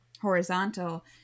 horizontal